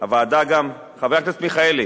הוועדה גם, חבר הכנסת מיכאלי,